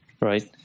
right